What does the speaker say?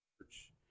church